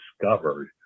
discovered